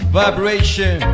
vibration